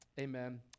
Amen